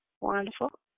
Wonderful